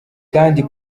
kandi